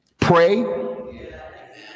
Pray